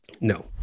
No